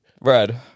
Red